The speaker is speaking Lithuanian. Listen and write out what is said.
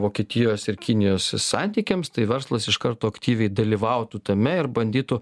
vokietijos ir kinijos santykiams tai verslas iš karto aktyviai dalyvautų tame ir bandytų